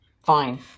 fine